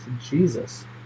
Jesus